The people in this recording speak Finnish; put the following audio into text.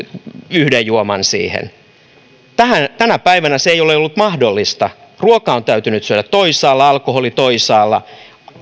yhden juoman siihen tänä päivänä se ei ole ollut mahdollista ruoka on täytynyt syödä toisaalla alkoholi juoda toisaalla